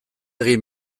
egin